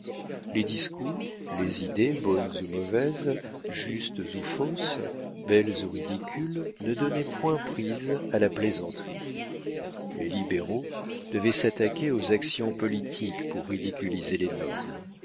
les discours les idées bonnes ou mauvaises justes ou fausses belles ou ridicules ne donnaient point prise à la plaisanterie les libéraux devaient s'attaquer aux actions politiques pour ridiculiser les nobles